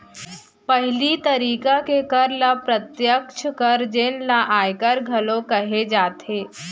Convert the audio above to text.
पहिली तरिका के कर ल प्रत्यक्छ कर जेन ल आयकर घलोक कहे जाथे